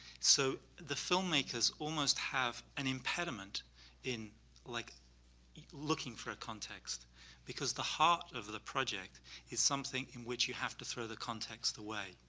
so the filmmakers almost have an impediment in like looking for a context because the heart of the project is something in which you have to throw the context away.